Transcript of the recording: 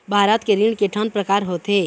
भारत के ऋण के ठन प्रकार होथे?